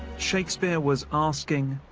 shakespeare was asking,